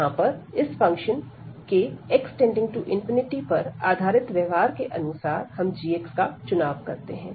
यहां पर इस फंक्शन के x→∞ पर आधारित व्यवहार के अनुसार हम g का चुनाव करते हैं